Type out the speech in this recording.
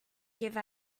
give